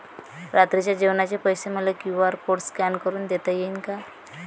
रात्रीच्या जेवणाचे पैसे मले क्यू.आर कोड स्कॅन करून देता येईन का?